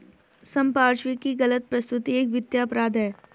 संपार्श्विक की गलत प्रस्तुति एक वित्तीय अपराध है